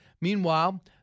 Meanwhile